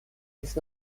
ist